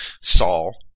Saul